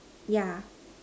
yeah